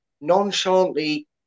nonchalantly